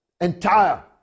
entire